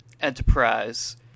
Enterprise